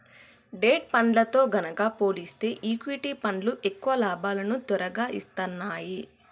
debt ఫండ్లతో గనక పోలిస్తే ఈక్విటీ ఫండ్లు ఎక్కువ లాభాలను తొరగా ఇత్తన్నాయి